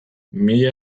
mila